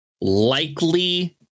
likely